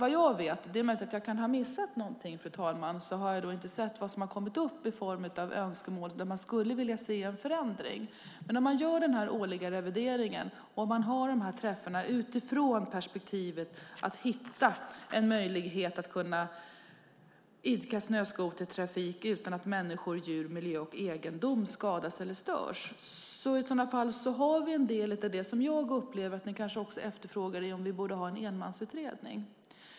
Det är möjligt att jag kan ha missat någonting, fru talman, men vad jag vet har jag inte sett vad som har kommit fram i form av önskemål där man skulle vilja se en förändring. När man gör den årliga revideringen och har dessa träffar utifrån perspektivet att hitta en möjlighet att idka snöskotertrafik utan att människor, djur, miljö och egendom skadas eller störs har vi där en del av det som jag upplever att ni efterfrågar när det gäller att ha en enmansutredning.